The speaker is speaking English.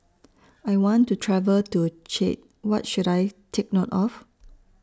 I want to travel to Chad What should I Take note of